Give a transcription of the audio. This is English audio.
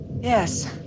Yes